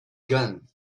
gun